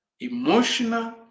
emotional